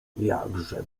jakże